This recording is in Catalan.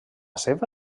seva